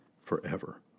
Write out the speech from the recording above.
forever